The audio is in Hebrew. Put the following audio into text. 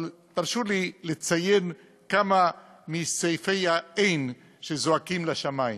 אבל הרשו לי לציין כמה מסעיפי ה"אין" שזועקים לשמים.